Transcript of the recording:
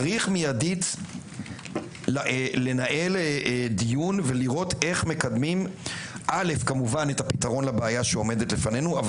צריך מיד לנהל דיון ולראות איך מקדמים את הפתרון לבעיה שעומדת בפנינו,